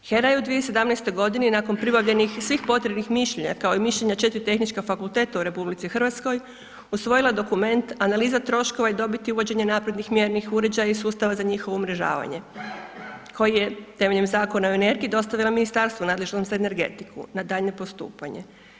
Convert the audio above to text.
HERA je u 2017. godini nakon pribavljenih svih potrebnih mišljenja kao i mišljenja 4 tehnička fakulteta u RH usvojila dokument analiza troškova i dobiti uvođenje naprednih mjernih uređaja i sustava za njihovo umrežavanje koji je temeljem Zakona o energiji dostavila Ministarstvu nadležnom za energetiku na daljnje postupanje.